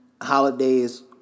holidays